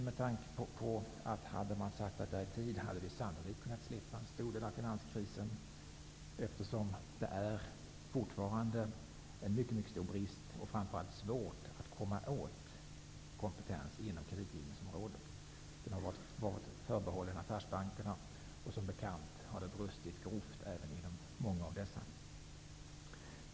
Om man hade satsat i tid på detta, skulle vi sannolikt ha kunnat slippa en stor del av finanskrisen. Fortfarande är det ju en mycket stor brist här. Framför allt är det svårt att komma åt kompetensen inom kreditgivningsområdet. Den har varit förbehållen affärsbankerna. Som bekant har det brustit grovt även inom många av dessa.